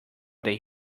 they